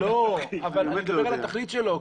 לא, אבל אני מדבר על התכלית שלו.